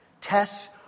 Tests